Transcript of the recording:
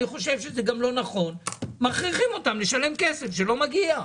ואנחנו מכריחים אותם לשלם כסף שלא מגיע.